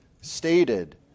stated